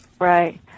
Right